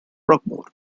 frogmore